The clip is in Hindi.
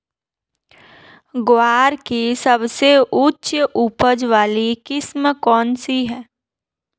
ग्वार की सबसे उच्च उपज वाली किस्म कौनसी है?